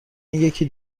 یکی